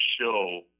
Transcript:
show